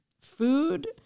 food